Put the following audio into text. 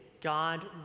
God